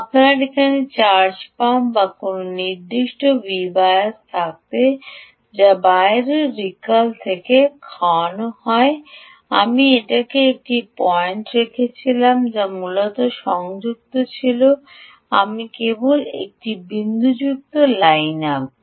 আপনার এখানে charge pump বা কোনও Vbias থাকত যা বাইরের রিকল থেকে খাওয়ানো হয় আপনি এখানে একটি পয়েন্ট রেখেছিলেন যা মূলত সংযুক্ত ছিল আমি কেবল এটি বিন্দুযুক্ত লাইনে আঁকব